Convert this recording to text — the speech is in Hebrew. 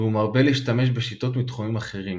והוא מרבה להשתמש בשיטות מתחומים אחרים,